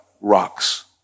rocks